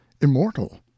immortal